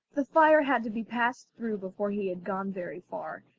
the fire had to be passed through before he had gone very far,